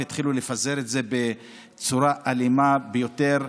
והתחילו לפזר את זה בצורה אלימה ביותר.